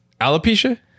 alopecia